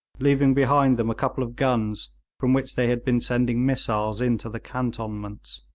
leaving behind them a couple of guns from which they had been sending missiles into the cantonments.